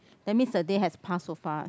that means the day has pass so fast